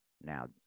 now